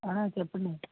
చెప్పండి